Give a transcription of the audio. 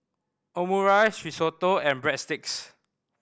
Omurice Risotto and Breadsticks